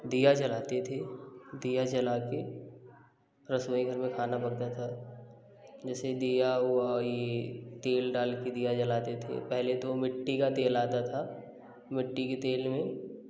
दिया जलाते थे दिया जला कर रसोई घर में खाना बनता था जैसे दिया वो ई तेल डालके दिया जलाते थे पहले तो मिट्टी का तेल आता था मिट्टी की तेल में